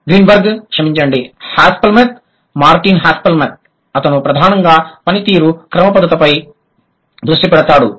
Greenberg క్షమించండి Haspelmath Martin Haspelmath అతను ప్రధానంగా పనితీరు క్రమబద్ధతపై దృష్టి పెడతాడు